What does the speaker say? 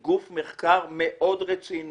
שזה גוף מחקר מאוד רציני,